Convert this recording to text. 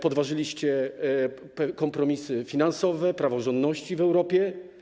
Podważyliście kompromisy finansowe, dotyczące praworządności w Europie.